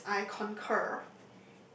yes I concur